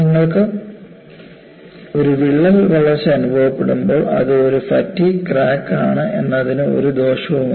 നിങ്ങൾക്ക് ഒരു വിള്ളൽ വളർച്ച അനുഭവപ്പെടുമ്പോൾ അത് ഒരു ഫാറ്റിഗ് ക്രാക്ക് ആണ് എന്നതിന് ഒരു ദോഷവുമില്ല